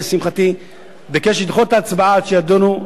ולשמחתי ביקש לדחות את ההצבעה עד שידונו.